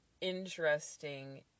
interesting